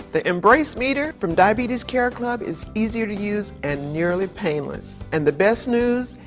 the embrace meter, from diabetes care club, is easier to use, and nearly painless. and the best news,